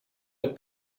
mit